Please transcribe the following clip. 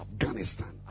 Afghanistan